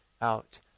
out